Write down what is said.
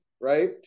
right